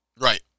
Right